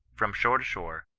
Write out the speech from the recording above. from shore to shore,